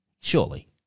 Surely